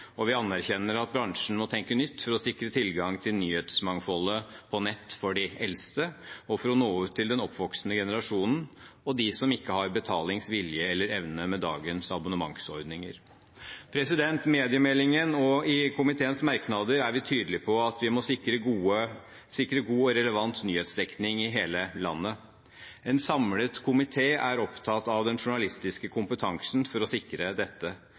Vi anerkjenner at bransjen må tenke nytt for å sikre tilgang til nyhetsmangfoldet på nett for de eldste, og for å nå ut til den oppvoksende generasjonen og til dem som ikke har betalingsvilje eller -evne, med dagens abonnementsordninger. Mediemeldingen og komiteens merknader er tydelige på at vi må sikre god og relevant nyhetsdekning i hele landet. En samlet komité er opptatt av den journalistiske kompetansen for å sikre dette.